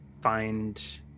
find